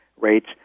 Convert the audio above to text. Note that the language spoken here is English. rates